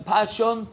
Passion